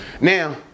Now